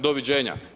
Doviđenja.